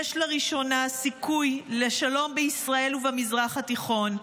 יש לראשונה סיכוי לשלום בישראל ובמזרח התיכון.